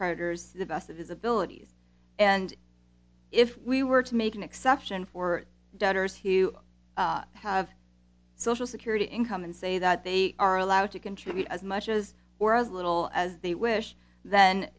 creditors the best of his abilities and if we were to make an exception for debtors here you have social security income and say that they are allowed to contribute as much as or as little as they wish then